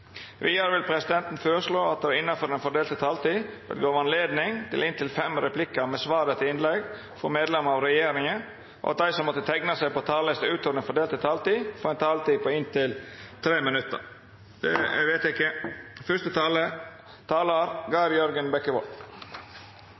Vidare vil presidenten føreslå at det – innanfor den fordelte taletida – vert gjeve anledning til inntil fem replikkar med svar etter innlegg frå medlemer av regjeringa, og at dei som måtte teikna seg på talarlista utover den fordelte taletida, får ei taletid på inntil 3 minutt. – Det er vedteke.